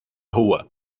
rua